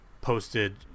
posted